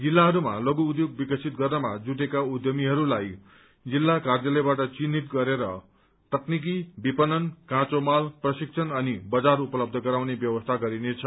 जिल्लाहरूमा लघु उद्योग विकसित गर्नमा जुटेका उद्यमीहरूलाई जिल्ला कार्यालयबाट चिन्हित गरेर तकनीकि विपणन काँचो माल प्रशिक्षण अनि बजार उपलब्ध गराउने व्यवस्था गरिनेछ